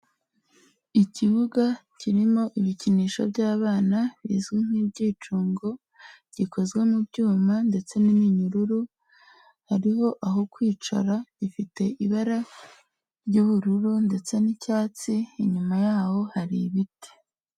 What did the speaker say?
Ikibuga kirimo ibikinisho by'abana bizwi nk'ibyicungo, gikozwe mu byuma ndetse n'iminyururu hariho aho kwicara gifite ibara ry'ubururu ndetse n'icyatsi inyuma yaho hari ibiti.